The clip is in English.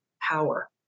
power